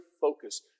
focus